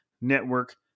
Network